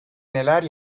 neler